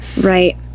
right